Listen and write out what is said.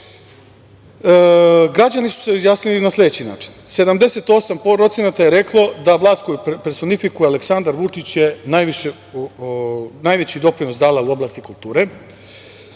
Građani su se izjasnili na sledeći način – 78% je reklo da vlast koju personifikuje Aleksandar Vučić je najveći doprinos dala u oblasti kulture,